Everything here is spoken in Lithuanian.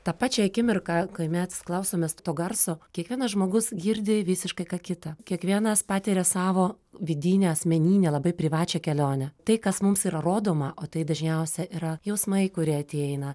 tą pačią akimirką kai mes klausomės to garso kiekvienas žmogus girdi visiškai ką kitą kiekvienas patiria savo vidinį asmeninę labai privačią kelionę tai kas mums yra rodoma o tai dažniausia yra jausmai kurie ateina